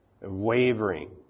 wavering